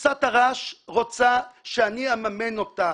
כבשת הרעש רוצה שאני אממן אותה.